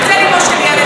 הצל ליבו של ילד.